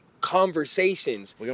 Conversations